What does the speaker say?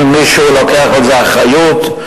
האם מישהו לוקח על זה אחריות?